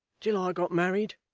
till i got married.